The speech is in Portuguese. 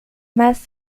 mas